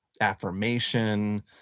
affirmation